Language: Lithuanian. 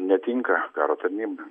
netinka karo tarnyba